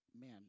Man